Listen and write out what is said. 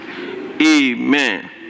Amen